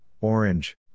orange